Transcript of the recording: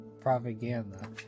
propaganda